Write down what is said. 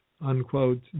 unquote